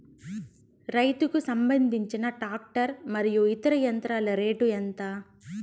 రైతుకు సంబంధించిన టాక్టర్ మరియు ఇతర యంత్రాల రేటు ఎంత?